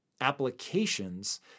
applications